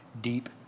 deep